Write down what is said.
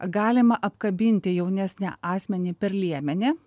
galima apkabinti jaunesnį asmenį per liemenį